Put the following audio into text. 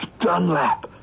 Dunlap